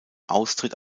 austritt